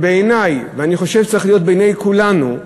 בעיני, ואני חושב שצריך להיות בעיני כולנו,